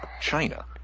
China